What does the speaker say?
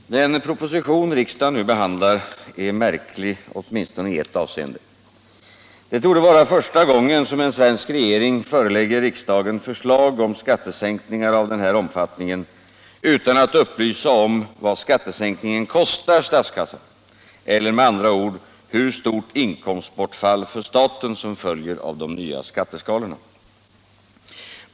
Herr talman! Den proposition riksdagen nu behandlar är märklig åtminstone i ett avseende. Det torde vara första gången som en svensk regering förelägger riksdagen förslag om skattesänkningar av den här omfattningen utan att upplysa om vad skattesänkningen kostar statskassan eller, med andra ord, hur stort inkomstbortfall för staten som följer av de nya skatteskalorna.